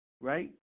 right